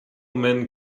men